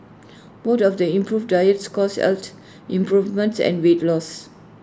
both of the improved diets caused out improvements and weight loss